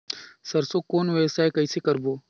सरसो कौन व्यवसाय कइसे करबो?